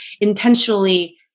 intentionally